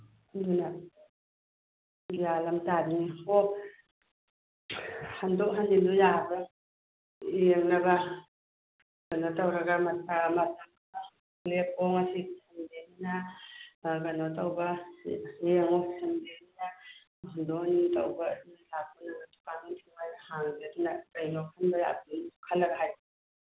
ꯑꯗꯨꯅ ꯒ꯭ꯌꯥꯟ ꯑꯝ ꯇꯥꯗ꯭ꯔꯦ ꯄꯣꯠ ꯍꯟꯗꯣꯛ ꯍꯟꯖꯤꯟꯗꯣ ꯌꯥꯕ꯭ꯔꯥ ꯌꯦꯡꯅꯕ ꯀꯩꯅꯣ ꯇꯧꯔꯒ ꯂꯦꯞꯄꯣ ꯉꯁꯤ ꯁꯟꯗꯦꯅꯤꯅ ꯀꯩꯅꯣ ꯇꯧꯕ ꯌꯦꯡꯉꯣ ꯁꯟꯗꯦꯅꯤꯅ ꯍꯟꯗꯣꯛ ꯍꯟꯖꯤꯟ ꯇꯧꯕ ꯍꯥꯡꯗꯝꯅꯤꯅ ꯀꯩꯅꯣ ꯈꯟꯕ ꯌꯥꯕ ꯈꯜꯂꯒ ꯍꯥꯏꯔꯛꯑꯣ